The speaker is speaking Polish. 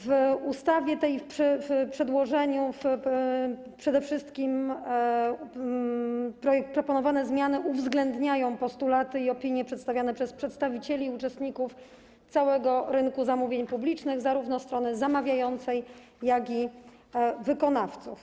W tej ustawie, w tym przedłożeniu przede wszystkim proponowane zmiany uwzględniają postulaty i opinie przedstawiane przez przedstawicieli i uczestników całego rynku zamówień publicznych, zarówno strony zamawiającej, jak i wykonawców.